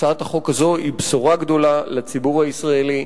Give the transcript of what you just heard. הצעת החוק הזאת היא בשורה גדולה לציבור הישראלי,